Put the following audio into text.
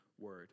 word